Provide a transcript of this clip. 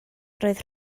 roedd